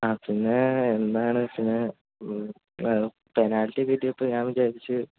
ആ പിന്നെ എന്താണ് പിന്നെ പെനാൽട്ടിയൊക്കെ കിട്ടിയപ്പോൾ ഞാൻ വിചാരിച്ചു